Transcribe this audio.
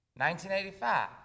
1985